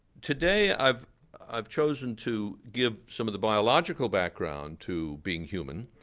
today i've i've chosen to give some of the biological background to being human.